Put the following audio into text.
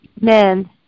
men